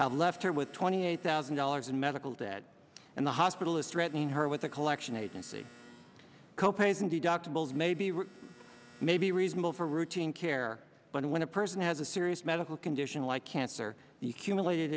have left her with twenty eight thousand dollars in medical debt and the hospital is threatening her with a collection agency co pays and deductibles may be may be reasonable for routine care but when a person has a serious medical condition like cancer the accumulat